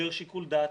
יותר שיקול דעת.